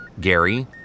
Gary